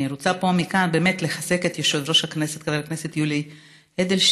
אני רוצה מכאן לחזק את יושב-ראש הכנסת חבר הכנסת יולי אדלשטיין,